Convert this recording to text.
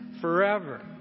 forever